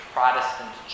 Protestant